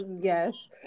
yes